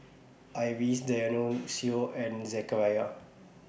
Iris and Zechariah